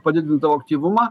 padidindavo aktyvumą